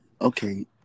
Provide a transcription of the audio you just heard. Okay